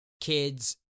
kids